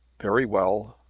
very well.